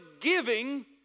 giving